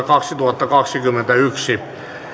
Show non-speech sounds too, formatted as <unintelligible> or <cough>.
<unintelligible> kaksituhattakaksikymmentäyksi